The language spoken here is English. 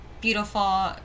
beautiful